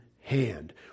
hand